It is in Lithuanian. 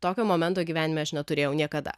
tokio momento gyvenime aš neturėjau niekada